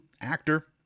actor